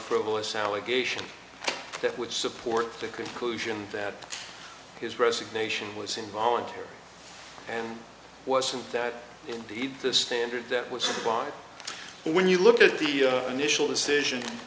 frivolous allegation that would support the conclusion that his resignation was involuntary and wasn't that indeed the standard that was supplied when you look at the initial decision